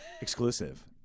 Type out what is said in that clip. Exclusive